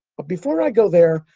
but before i go there,